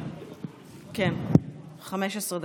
15 דקות.